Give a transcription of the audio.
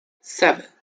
seven